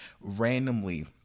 randomly